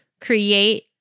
create